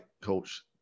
coach